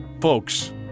folks